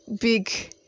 big